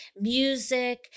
music